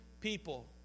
people